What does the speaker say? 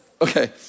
Okay